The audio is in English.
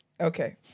Okay